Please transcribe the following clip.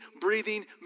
breathing